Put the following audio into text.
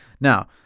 Now